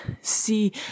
see